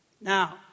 Now